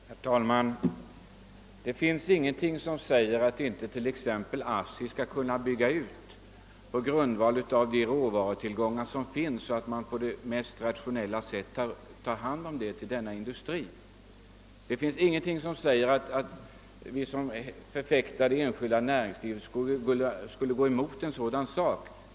Herr talman! Det finns ingenting som säger att inte t.ex. ASSI skall kunna byggas ut på grundval av de råvarutillgångar som finns för att ta hand om dem på det mest rationella sättet. Det finns ingenting som säger att vi som hävdar det enskilda näringslivets intressen skulle gå emot en sådan sak.